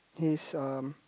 his um